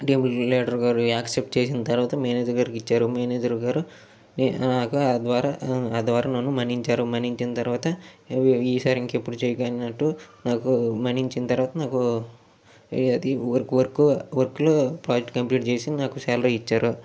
team leader గారు accept చేసిన తర్వాత మేనేజర్ గారికి ఇచ్చారు మేనేజర్ గారు నే ఆ ద్వారా ఆ ద్వారా నన్ను మన్నించారు మన్నించిన తర్వాత ఈ సారి ఇంకెప్పుడు చేయకు అన్నట్టు నాకు మన్నించిన తర్వాత నాకు అది వర్క్ వర్క్ వర్క్లో ప్రాజెక్ట్ కంప్లీట్ చేసి నాకు శాలరీ ఇచ్చారు